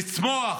לצמוח,